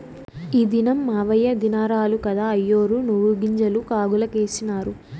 ఈ దినం మాయవ్వ దినారాలు కదా, అయ్యోరు నువ్వుగింజలు కాగులకేసినారు